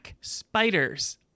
Spiders